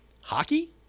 hockey